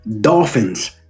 Dolphins